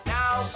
Now